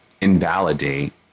invalidate